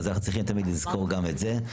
אז אנחנו צריכים תמיד לזכור גם את זה,